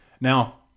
Now